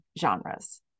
genres